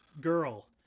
girl